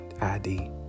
ID